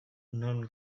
nor